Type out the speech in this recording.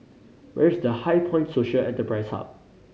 where is The HighPoint Social Enterprise Hub